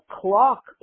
clock